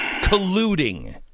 colluding